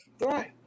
Right